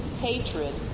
hatred